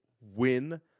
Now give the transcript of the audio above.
win